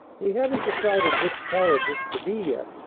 we haven't decided which college it's to be yet,